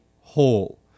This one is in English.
whole